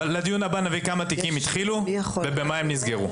לדיון הבא נביא כמה תיקים התחילו ואיך הם נסגרו.